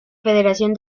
federación